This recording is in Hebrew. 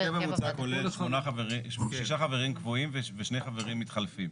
ההרכב המוצע כלל שישה חברים קבועים ושני חברים מתחלפים,